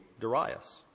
Darius